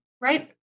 right